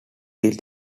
teal